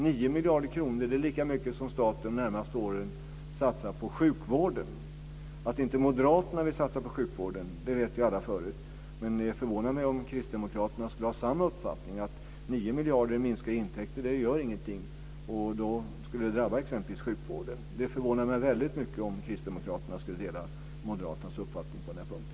9 miljarder kronor är lika mycket som staten under de närmaste åren satsar på sjukvården! Att inte Moderaterna vill satsa på sjukvården vet ju alla sedan förut, men det förvånar mig om Kristdemokraterna har samma uppfattning om att 9 miljarder kronor i minskade intäkter inte gör någonting. Det skulle drabba exempelvis sjukvården, och det förvånar mig som sagt väldigt mycket om Kristdemokraterna delar Moderaternas uppfattning på den punkten.